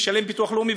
ישלם ביטוח לאומי,